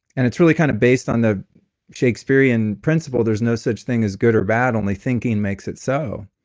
and it's really kind of based on the shakespearean principle there's no such thing as good or bad, only thinking makes it so.